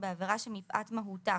בעבירה שמפאת מהותה,